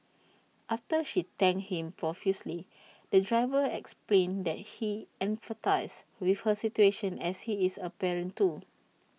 after she thanked him profusely the driver explained that he empathised with her situation as he is A parent too